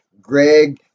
Greg